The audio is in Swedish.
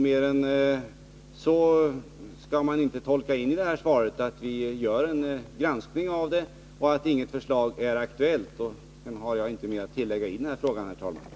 Mer än så skall man inte tolka in i det här svaret — att vi gör en granskning och att inget förslag är aktuellt. Sedan har jag inte mer att tillägga i den här frågan, herr talman.